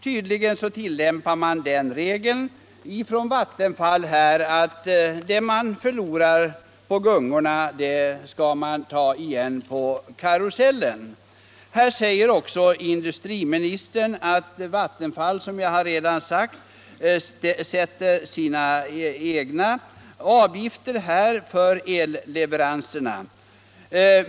Tydligen tillämpar Vattenfall den regeln att det man förlorar på gungorna tar man igen på karusellen. Industriministern säger också att Vattenfall självt beslutar om avgifterna för elleveranserna.